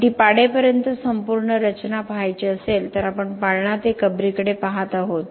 पण ती पाडेपर्यंत संपूर्ण रचना पाहायची असेल तर आपण पाळणा ते कबरीकडे पाहत आहोत